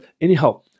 anyhow